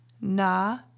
na